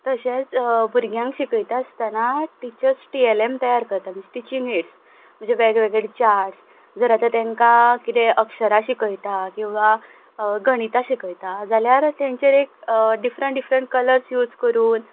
तशेंच भुरग्यांक शिकयता आसतना टिचर्स टि एल एम तयार करता म्हळ्यार टिचींग एड्स म्हणजे वेगळेवेगळे चार्ट्स जर आतां तांकां किदेंय अक्षरां शिकयता किंवां गणितां शिकयता जाल्यार तांचेर एक डिफरंट डिफरंट कलर्स यूज करून